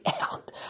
out